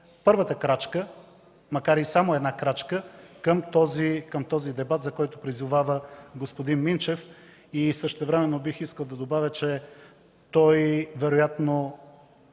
първата крачка – макар и само една крачка към този дебат, за който призовава господин Минчев. Същевременно бих искал да добавя, че той вероятно